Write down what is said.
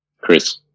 Chris